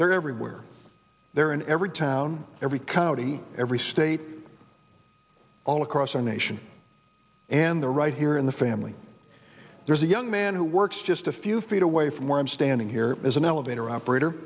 they're everywhere they're in every town every county every state all across our nation and the right here in the family there's a young man who works just a few feet away from where i'm standing here is an elevator operator